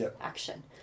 action